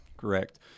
Correct